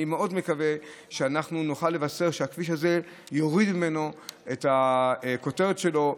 אני מאוד מקווה שאנחנו נוכל לבשר שהכביש הזה יוריד ממנו את הכותרת שלו,